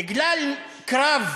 בגלל קרב,